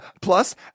plus